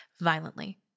violently